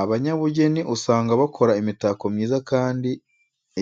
Abanyabugeni usanga bakora imitako myiza kandi